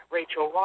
Rachel